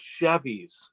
Chevys